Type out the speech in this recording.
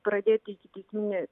pradėti ikiteisminį